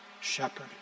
shepherd